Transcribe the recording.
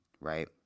right